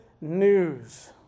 news